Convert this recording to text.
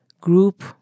group